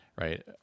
right